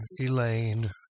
Elaine